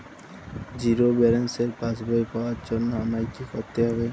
Zero ব্যালেন্সের পাসবই পাওয়ার জন্য আমায় কী করতে হবে?